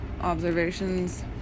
observations